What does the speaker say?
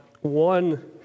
one